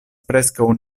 preskaŭ